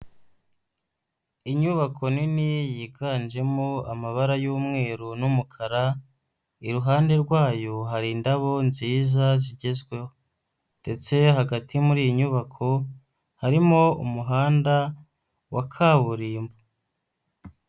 Inyubako nini yiganjemo amabara y'umweru n'umukara, iruhande rwayo hari indabo nziza zigezweho. Ndetse hagati muri iyi nyubako, harimo umuhanda wa kaburimbo.